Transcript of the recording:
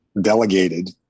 delegated